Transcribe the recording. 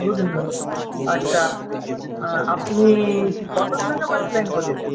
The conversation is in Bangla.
দুদিন ধরে আচ্ছা আপনি কত দিন আগে পাইপ লাইন করিয়েছেন